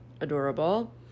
adorable